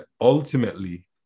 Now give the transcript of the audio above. ultimately